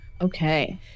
okay